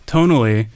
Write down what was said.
Tonally